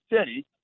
City